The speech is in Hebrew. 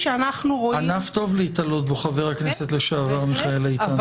ענף טוב להיתלות בו, חבר הכנסת לשעבר מיכאל איתן.